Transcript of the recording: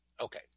Okay